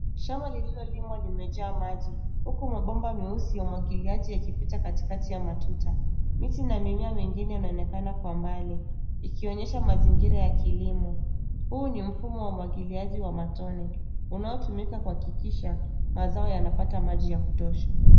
Shamba lililolimwa limejaa maji, huku mabomba meusi ya umwagiliaji ikipita katikati ya matuta. Miti na mimea mengine inaonekana kwa mbali ikionyesha mazingira ya kilimo. Huu ni mfumo wa umwagiliaji wa matone unaotumika kuhakikisha mazao yanapata maji ya kutosha.